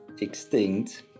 extinct